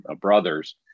Brothers